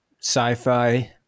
sci-fi